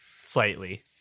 Slightly